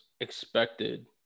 expected